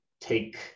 take